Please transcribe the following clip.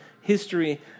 history